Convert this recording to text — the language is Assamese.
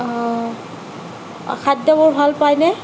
অ খাদ্যবোৰ ভাল পাইনে